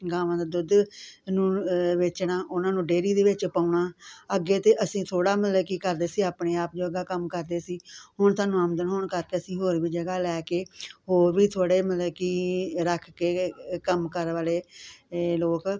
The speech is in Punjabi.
ਗਾਵਾਂ ਦਾ ਦੁੱਧ ਨੂੰ ਵੇਚਣਾ ਉਨ੍ਹਾਂ ਨੂੰ ਡੇਰੀ ਦੇ ਵਿੱਚ ਪਾਉਣਾ ਅੱਗੇ ਤਾਂ ਅਸੀਂ ਥੋੜ੍ਹਾ ਮਤਲਬ ਕੀ ਕਰਦੇ ਸੀ ਆਪਣੇ ਆਪ ਜੋਗਾ ਕੰਮ ਕਰਦੇ ਸੀ ਹੁਣ ਸਾਨੂੰ ਆਮਦਨ ਹੋਣ ਕਰਕੇ ਅਸੀਂ ਹੋਰ ਵੀ ਜਗ੍ਹਾ ਲੈ ਕੇ ਹੋਰ ਵੀ ਥੋੜ੍ਹੇ ਮਤਲਬ ਕਿ ਰੱਖ ਕੇ ਕੰਮ ਕਾਰ ਵਾਲੇ ਲੋਕ